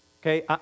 okay